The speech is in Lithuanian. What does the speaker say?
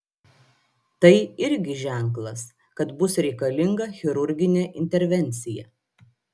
tai irgi ženklas kad bus reikalinga chirurginė intervencija